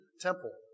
temple